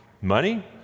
money